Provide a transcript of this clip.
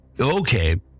Okay